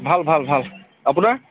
ভাল ভাল ভাল আপোনাৰ